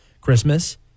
Christmas